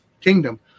kingdom